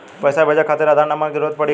पैसे भेजे खातिर आधार नंबर के जरूरत पड़ी का?